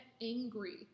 angry